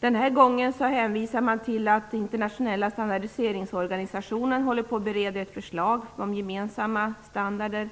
Den här gången hänvisar man till att den internationella standardiseringsorganisationen håller på att bereda ett förslag om gemensamma standarder